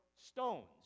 stones